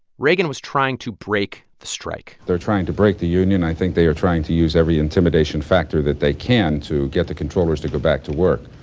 reagan was trying to break the strike they're trying to break the union. i think they are trying to use every intimidation factor that they can to get the controllers to go back to work.